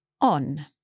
on